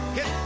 Hit